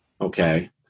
Okay